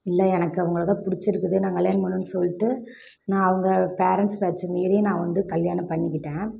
இல்லை எனக்கு அவங்களைதான் பிடிச்சிருக்குது நான் கல்யாணம் பண்ணுவேன்னு சொல்லிட்டு நான் அவங்க பேரெண்ட்ஸ் பேச்சை மீறி நான் வந்து கல்யாணம் பண்ணிக்கிட்டேன்